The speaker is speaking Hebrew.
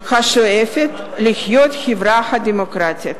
השואפת להיות חברה דמוקרטית.